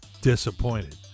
disappointed